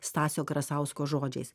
stasio krasausko žodžiais